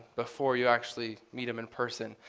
before you actually meet them in person.